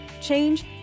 change